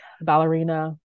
ballerina